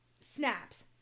snaps